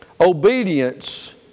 Obedience